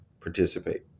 participate